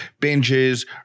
binges